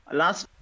last